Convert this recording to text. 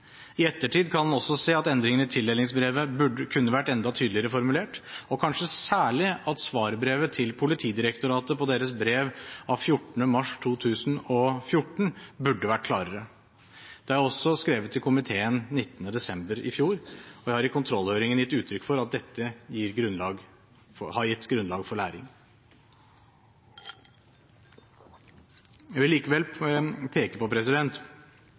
I ettertid kan en også se at endringen i tildelingsbrevet kunne vært enda tydeligere formulert, og kanskje særlig at svarbrevet til Politidirektoratet på deres brev av 14. mars 2014 burde vært klarere. Dette har jeg også skrevet til komiteen 19. desember i fjor, og jeg har i kontrollhøringen uttrykt at dette har gitt grunnlag for læring. Jeg vil likevel peke på